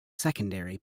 secondary